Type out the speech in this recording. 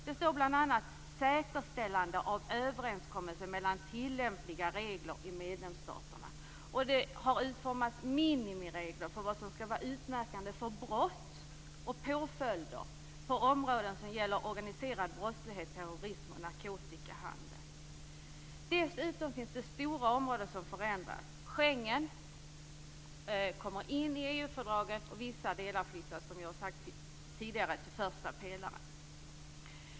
Där står bl.a.: säkerställande av överenskommelse mellan tillämpliga regler i medlemsstaterna. Det har utformats minimiregler för vad som skall vara utmärkande för brott och påföljder på områden som gäller organiserad brottslighet, terrorism och narkotikahandel. Dessutom är det stora områden som förändras. Schengen kommer in i EU-fördraget, och vissa delar flyttas, som jag tidigare sagt, till första pelaren.